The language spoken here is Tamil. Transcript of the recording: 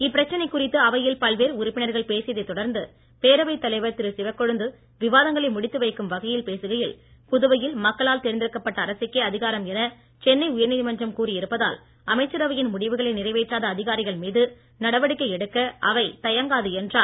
இப்பிரச்சனை குறித்து அவையில் பல்வேறு உறுப்பினர்கள் பேசியதை தொடர்ந்து பேரவைத் தலைவர் திரு சிவக்கொழுந்து விவாதங்களை முடித்து வைக்கும் வகையில் பேசுகையில் புதுவையில் மக்களால் தேர்ந்தெடுக்கப்பட்ட அரசுக்கே அதிகாரம் என சென்னை உயர்நீதிமன்றம் கூறியிருப்பதால் அமைச்சரவையின் முடிவுகளை நிறைவேற்றாத அதிகாரிகள் மீது நடவடிக்கை எடுக்க அவை தயங்காது என்றார்